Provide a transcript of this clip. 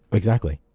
exactly.